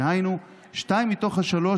דהיינו שתיים מתוך השלוש,